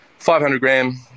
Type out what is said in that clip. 500-gram